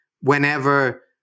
whenever